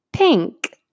Pink